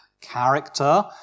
character